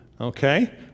okay